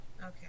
Okay